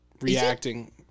reacting